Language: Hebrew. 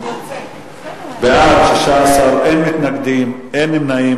16 בעד, אין מתנגדים, אין נמנעים.